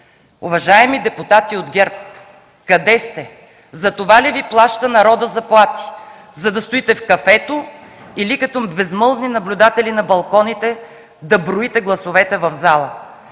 Уважаеми депутати от ГЕРБ, къде сте? Затова ли Ви плаща народът заплати, за да стоите в кафето или като безмълвни наблюдатели на балконите да броите гласовете в залата?